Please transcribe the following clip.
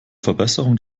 verbesserung